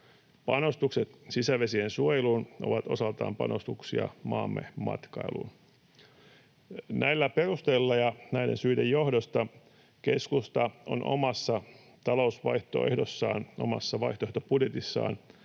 Panostukset sisävesien suojeluun ovat osaltaan panostuksia maamme matkailuun. Näillä perusteilla ja näiden syiden johdosta keskusta on omassa talousvaihtoehdossaan, omassa vaihtoehtobudjetissaan,